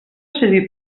servir